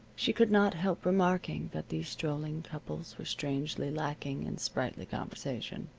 she could not help remarking that these strolling couples were strangely lacking in sprightly conversation.